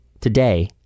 Today